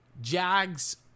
Jags